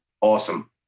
awesome